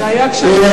זה היה --- רבותי,